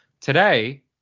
today